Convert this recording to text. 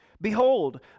Behold